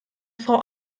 frau